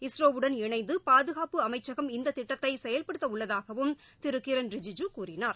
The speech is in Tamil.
இஸ்ரோவுடன் இணைந்து பாதுகாப்பு அமைச்சகம் இந்த திட்டத்தை செயல்படுத்த உள்ளதாகவும் திரு கிரண் ரிஜிஜு கூறினார்